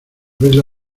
verla